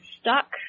stuck